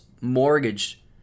mortgage